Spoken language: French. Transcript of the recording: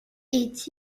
est